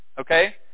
Okay